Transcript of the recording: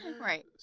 Right